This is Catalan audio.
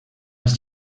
als